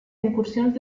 incursions